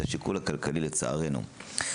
זה השיקול הכלכלי לצערנו.